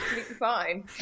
fine